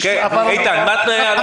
איתן, מה תנאי הלוואה?